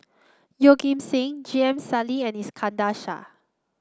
Yeoh Ghim Seng J M Sali and Iskandar Shah